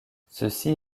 ceci